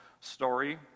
story